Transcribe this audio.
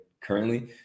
currently